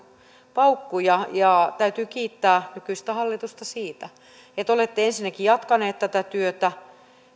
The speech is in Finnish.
paukkuja täytyy kiittää nykyistä hallitusta siitä että olette ensinnäkin jatkaneet tätä työtä